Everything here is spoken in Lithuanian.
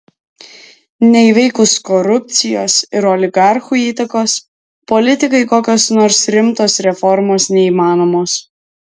neįveikus korupcijos ir oligarchų įtakos politikai kokios nors rimtos reformos neįmanomos